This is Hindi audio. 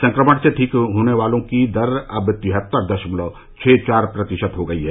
संक्रमण से ठीक होने की दर अब तिहत्तर दशमलव छह चार प्रतिशत हो गई है